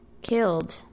killed